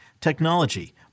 technology